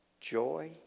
joy